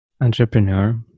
entrepreneur